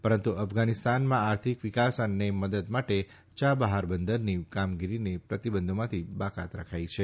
પરંતુ અફઘાનીસ્તાનમાં આર્થિક વિકાસ અને મદદ માટે ચાબહાર બંદરની કામગીરીને પ્રતિબંધોમાંથી બાકાત રખાઈ છે